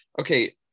okay